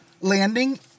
landing